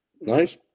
Nice